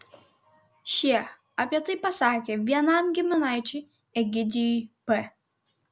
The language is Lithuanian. šie apie tai pasakė vienam giminaičiui egidijui p